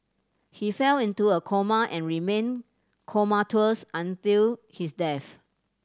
he fell into a coma and remained comatose until his death